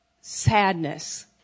sadness